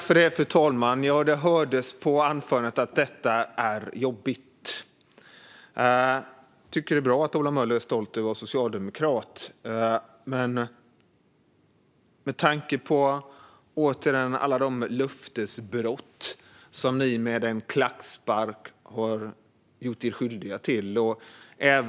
Fru talman! Det hördes på anförandet att detta är jobbigt. Det är bra att Ola Möller är stolt över att vara socialdemokrat, men tänk på alla de löftesbrott som ni med en klackspark har gjort er skyldiga till.